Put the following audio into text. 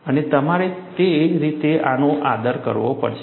અને તમારે તે રીતે તેનો આદર કરવો પડશે